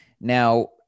Now